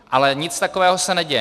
Ale nic takového se neděje.